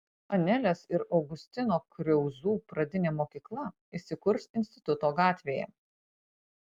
anelės ir augustino kriauzų pradinė mokykla įsikurs instituto gatvėje